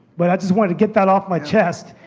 but i just wanted to get that off my chest.